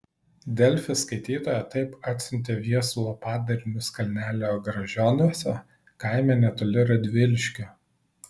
delfi skaitytoja taip atsiuntė viesulo padarinius kalnelio gražioniuose kaime netoli radviliškio